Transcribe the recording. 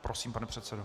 Prosím, pane předsedo.